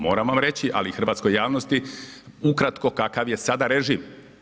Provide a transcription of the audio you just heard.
Moram vam reći, ali i hrvatskoj javnosti ukratko kakav je sada režim.